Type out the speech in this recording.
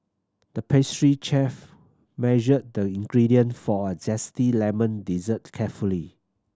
the pastry chef measured the ingredient for a zesty lemon dessert carefully